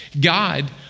God